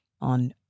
on